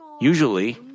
usually